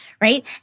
Right